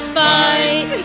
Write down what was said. fight